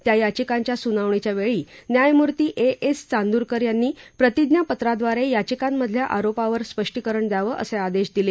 त्या याचिकांच्या सुनावणीच्या वेळी न्यायमूर्ती ए एस चांद्रकर यांनी प्रतिज्ञापत्राद्वारे याचिकांमधल्या आरोपावर स्पष्टीकरण द्यावं असे आदेश दिले